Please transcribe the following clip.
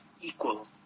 equal